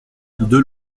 deux